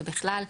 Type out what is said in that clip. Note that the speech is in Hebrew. ובכלל,